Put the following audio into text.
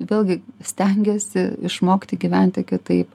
vėlgi stengiasi išmokti gyventi kitaip